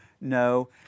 no